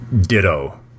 Ditto